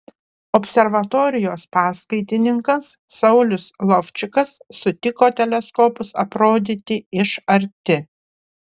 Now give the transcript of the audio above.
observatorijos paskaitininkas saulius lovčikas sutiko teleskopus aprodyti iš arti